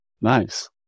nice